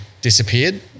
disappeared